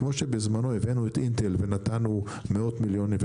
כמו שבזמנו הבאנו את אינטל ונתנו מאות מיליונים,